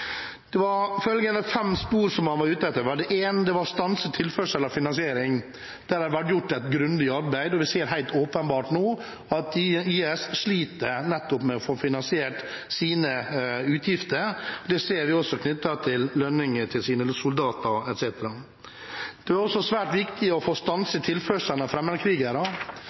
Det var følgende fem spor man ville jobbe etter: Det første var å stanse tilførselen av finansiering. Der har det vært gjort et grundig arbeid, og det er helt åpenbart at IS nå sliter med å få finansiert sine utgifter. Det ser vi også knyttet til å gi lønn til soldater etc. Det var også svært viktig å få